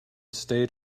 stayed